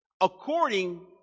According